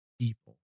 People